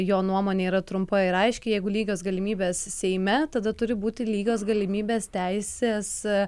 jo nuomonė yra trumpa ir aiški jeigu lygios galimybės seime tada turi būti lygios galimybės teisės